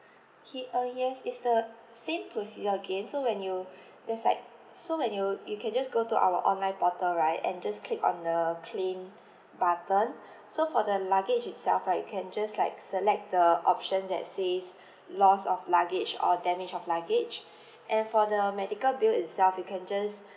okay uh yes it's the same procedure again so when you there's like so when you you can just go to our online portal right and just click on the claim button so for the luggage itself right you can just like select the option that says loss of luggage or damage of luggage and for the medical bill itself you can just